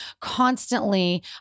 constantly